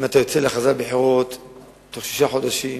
אם אתה יוצא להכרזת בחירות בתוך שישה חודשים